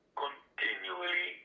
continually